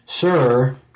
sir